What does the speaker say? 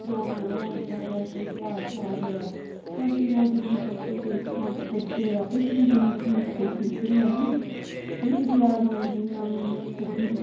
programme होआ दा होऐ कोई ध्यार होऐ ते असेंगी ओह् जरूर दसदे कि उत्थै अज्ज कुड्ड होआ जां फिर कोई जम्मू कश्मीर च फंक्शन होग निं कोई बी ध्यार होग जि'यां छब्बी ही